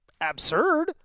absurd